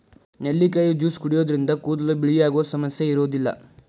ನೆಲ್ಲಿಕಾಯಿ ಜ್ಯೂಸ್ ಕುಡಿಯೋದ್ರಿಂದ ಕೂದಲು ಬಿಳಿಯಾಗುವ ಸಮಸ್ಯೆ ಇರೋದಿಲ್ಲ